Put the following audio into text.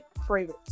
favorites